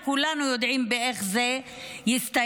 וכולנו יודעים איך זה יסתיים.